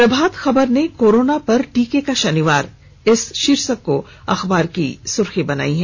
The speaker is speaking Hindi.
प्रभात खबर ने कोरोना पर टीके का शनिवार शीर्षक को अखबार की सुर्खी बनाई है